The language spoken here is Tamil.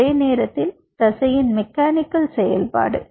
அதே நேரத்தில் தசையின் மெக்கானிக்கல் செயல்பாடு